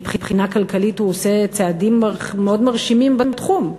מבחינה כלכלית הוא עושה צעדים מאוד מרשימים בתחום.